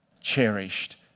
cherished